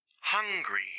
Hungry